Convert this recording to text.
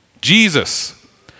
jesus